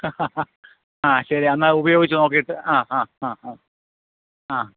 ആ ഹഹാ ആ ശരി എന്നാൽ ഉപയോഗിച്ചു നോക്കിയിട്ട് ആ ആ ആ ആ ആ